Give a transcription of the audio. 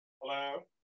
Hello